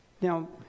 Now